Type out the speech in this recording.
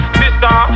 sister